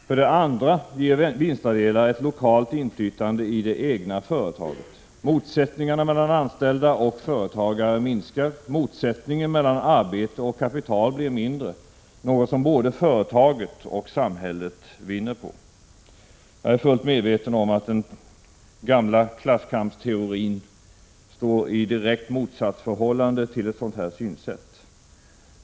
För det andra ger vinstandelar ett lokalt inflytande i det egna företaget. Motsättningarna mellan anställda och företagare minskar. Motsättningarna mellan arbete och kapital blir mindre, något som både företaget och samhället vinner på. Jag är fullt medveten om att den gamla klasskampsteorin står i direkt motsatt förhållande till ett sådant här synsätt.